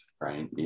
right